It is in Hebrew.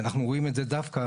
אנחנו רואים את זה דווקא,